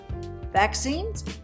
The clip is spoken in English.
Vaccines